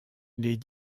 les